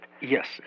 Yes